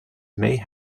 may